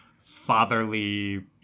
fatherly